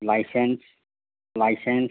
licence licence